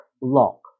lock